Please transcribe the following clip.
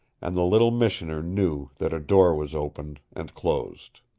and the little missioner knew that a door was opened and closed.